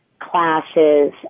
classes